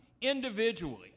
Individually